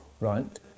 Right